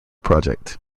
project